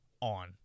on